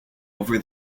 over